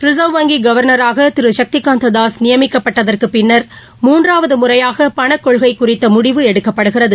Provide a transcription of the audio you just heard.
reserve வங்கிகவர்னராகதிருசக்திகந்ததாஸ் நியமிக்கப்பட்டதற்குபின்னர் மூன்றாவதுமுறைவாகபணக்கொள்கைகுறித்தமுடிவு எடுக்கப்படுகிறது